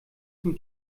zum